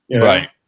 Right